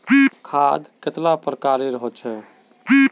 खाद कतेला प्रकारेर होचे?